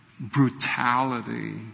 brutality